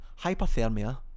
hypothermia